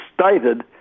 stated